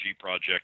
project